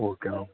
okay okay